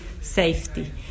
safety